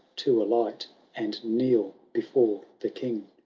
to alight and kneel before the king.